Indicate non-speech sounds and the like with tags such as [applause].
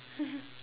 [laughs]